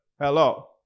Hello